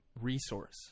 resource